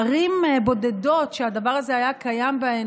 ערים בודדות שהדבר הזה היה קיים בהן